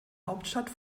hauptstadt